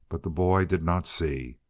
but the boy did not see.